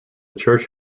church